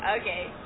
Okay